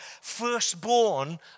firstborn